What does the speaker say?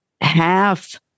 Half